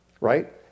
Right